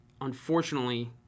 unfortunately